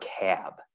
cab